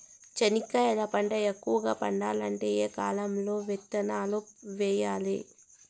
చెనక్కాయ పంట ఎక్కువగా పండాలంటే ఏ కాలము లో విత్తనాలు వేయాలి?